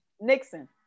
Nixon